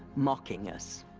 mocking us.